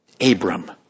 Abram